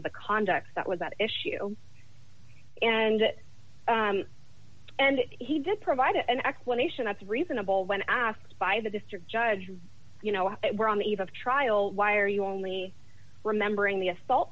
of the conduct that was at issue and and he did provide an explanation as reasonable when asked by the district judge you know we're on the eve of trial why are you only remembering the assault